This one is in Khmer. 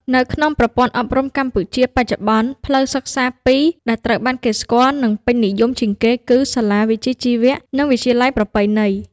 នៅក្នុងប្រព័ន្ធអប់រំកម្ពុជាបច្ចុប្បន្ន ផ្លូវសិក្សាពីរដែលត្រូវបានគេស្គាល់និងពេញនិយមជាងគេគឺ សាលាវិជ្ជាជីវៈ និង វិទ្យាល័យប្រពៃណី។